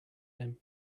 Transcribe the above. him